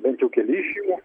bent jau keli iš jų